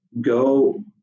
go